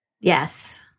Yes